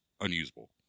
unusable